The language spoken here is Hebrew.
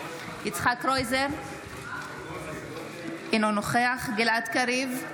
יצחק קרויזר, אינו נוכח גלעד קריב,